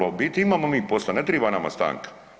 U biti imamo mi posla, ne treba nama stanka.